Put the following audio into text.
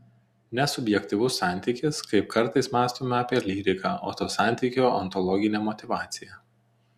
ne subjektyvus santykis kaip kartais mąstome apie lyriką o to santykio ontologinė motyvacija